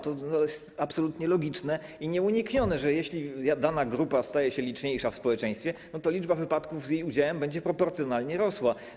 To jest absolutnie logiczne i nieuniknione, że jeśli dana grupa staje się liczniejsza w społeczeństwie, to liczba wypadków z jej udziałem będzie proporcjonalnie rosła.